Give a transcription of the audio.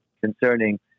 concerning